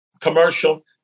commercial